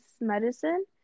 medicine